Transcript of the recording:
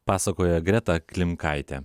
pasakojo greta klimkaitė